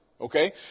okay